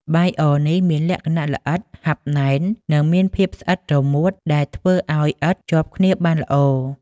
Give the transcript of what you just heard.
បាយអរនេះមានលក្ខណៈល្អិត ហាប់ណែន និងមានភាពស្អិតរមួតដែលធ្វើឱ្យឥដ្ឋជាប់គ្នាបានល្អ។